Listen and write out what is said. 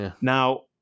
Now –